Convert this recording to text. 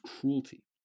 cruelty